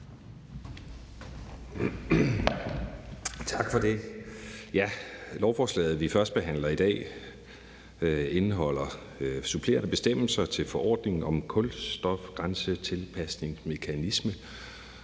Tak for det.